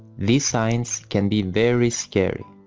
these signs can be very scary.